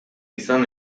izan